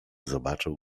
zobaczył